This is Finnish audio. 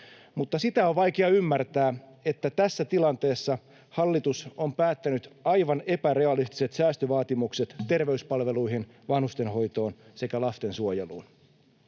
Mutta sitä on vaikea ymmärtää, että tässä tilanteessa hallitus on päättänyt aivan epärealistiset säästövaatimukset terveyspalveluihin, vanhustenhoitoon sekä lastensuojeluun.